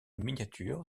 miniature